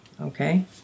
Okay